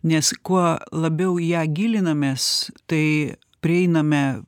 nes kuo labiau į ją gilinamės tai prieiname